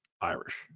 irish